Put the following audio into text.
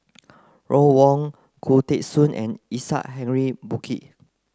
Ron Wong Khoo Teng Soon and Isaac Henry Burkill